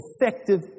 effective